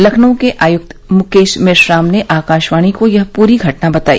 लखनऊ के आयुक्त मुकेश मेश्राम ने आकाशवाणी को यह पूरी घटना बताई